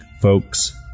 folks